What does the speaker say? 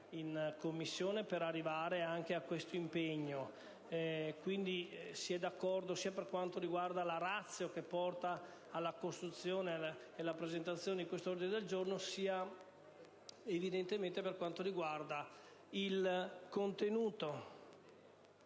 in Commissione per arrivare anche a tale impegno. Quindi, si è d'accordo sia per quanto riguarda la *ratio* che porta alla presentazione di questo ordine del giorno sia evidentemente per quanto riguarda il suo contenuto.